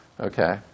okay